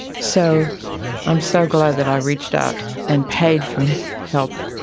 so i'm so glad that i reached out and paid for help.